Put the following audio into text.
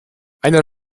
einer